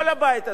כל הבית הזה,